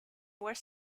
were